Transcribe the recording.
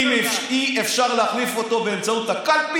אם אי-אפשר להחליף אותו באמצעות הקלפי,